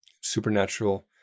supernatural